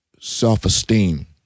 self-esteem